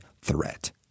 threat